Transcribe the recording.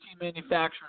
manufacturers